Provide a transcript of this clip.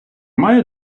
маю